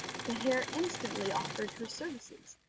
the hare instantly offered her services,